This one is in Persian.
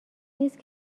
نیست